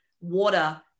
water